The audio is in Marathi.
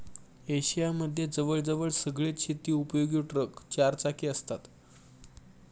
एशिया मध्ये जवळ जवळ सगळेच शेती उपयोगी ट्रक चार चाकी असतात